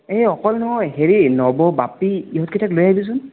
এ অকলে নহয় হেৰি নৱ বাপী ইহঁত কেইটাক লৈ আহিবিচোন